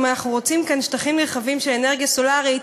אם אנחנו רוצים כאן שטחים נרחבים של אנרגיה סולרית.